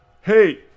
Hey